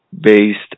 based